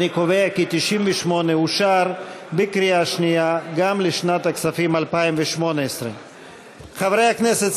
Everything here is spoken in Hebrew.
אני קובע כי 98 אושר בקריאה שנייה גם לשנת הכספים 2018. חברי הכנסת,